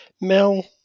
Mel